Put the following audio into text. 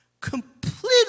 completely